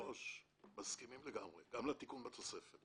מסכימים לגמרי, גם לתיקון בתוספת.